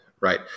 right